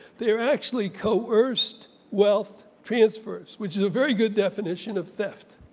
they are actually coerced wealth transfers which is a very good definition of theft.